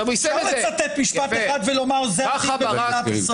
אפשר לצטט משפט אחד ולומר, זה הדין במדינת ישראל.